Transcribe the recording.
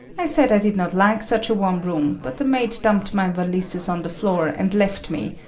i said i did not like such a warm room, but the maid dumped my valises on the floor and left me,